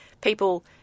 people